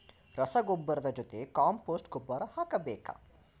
ರಸಗೊಬ್ಬರದ ಜೊತೆ ಕಾಂಪೋಸ್ಟ್ ಗೊಬ್ಬರ ಹಾಕಬೇಕಾ?